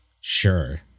Sure